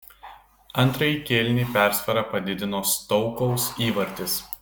antrąjį kėlinį persvarą padidino stoukaus įvartis